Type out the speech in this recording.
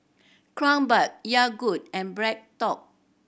Kronenbourg Yogood and BreadTalk